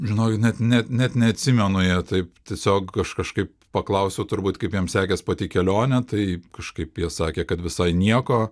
žinokit net net net neatsimenu jie taip tiesiog aš kažkaip paklausiau turbūt kaip jiem sekės pati kelionė tai kažkaip jie sakė kad visai nieko